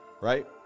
right